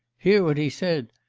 hear what he says.